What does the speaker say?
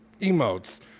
Emotes